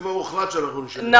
כבר הוחלט שאנחנו משנים את זה.